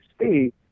see